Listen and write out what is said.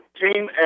team